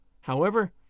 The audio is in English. However